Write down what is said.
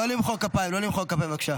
לא למחוא כפיים, בבקשה.